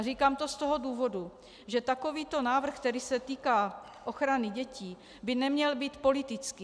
Říkám to z toho důvodu, že takovýto návrh, který se týká ochrany dětí, by neměl být politický.